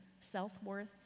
self-worth